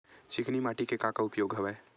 चिकनी माटी के का का उपयोग हवय?